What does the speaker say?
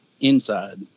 inside